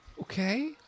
Okay